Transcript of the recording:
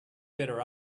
better